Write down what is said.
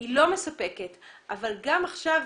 היא לא מספקת אבל גם עכשיו,